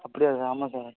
அப்படியா சார் ஆமாம் சார்